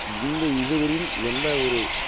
இந்த இது வரையும் எந்த ஒரு